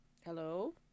hello